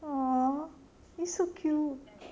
oh it's so cute